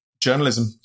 Journalism